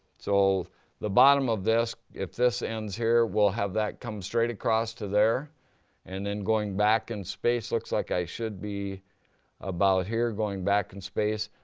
so the bottom of this, if this ends here, will have that come straight across to there and then going back in space, looks like i should be about here, going back in space.